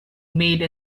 made